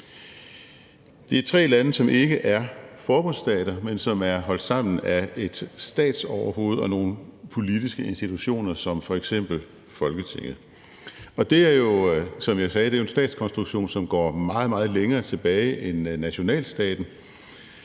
Det er tre lande, der ikke er forbundsstater, men som er holdt sammen af et statsoverhoved og nogle politiske institutioner som f.eks. Folketinget. Det er jo, som jeg sagde, en statskonstruktion, som går meget, meget længere tilbage end nationalstaten,